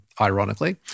ironically